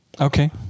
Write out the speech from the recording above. Okay